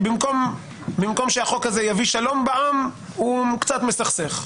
במקום להביא שלום בעם, הוא קצת מסכסך.